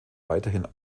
weiterhin